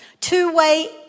two-way